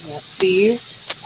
Steve